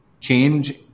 change